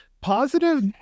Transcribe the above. positive